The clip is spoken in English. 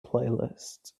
playlist